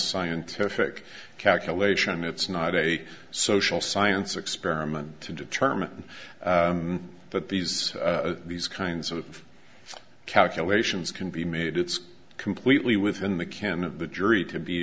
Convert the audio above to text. scientific calculation it's not a social science experiment to determine that these these kinds of calculations can be made it's completely within the can of the jury to be